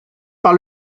par